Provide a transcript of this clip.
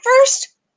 first